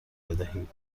بدهید